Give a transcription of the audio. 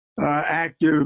active